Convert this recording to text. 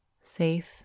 safe